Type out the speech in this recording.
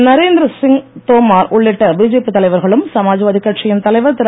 நரேநத்திர சிங் தோமார் உள்ளிட்ட பிஜேபி தலைவர்களும் சமாஜ்வாதி கட்சியின் தலைவர் திரு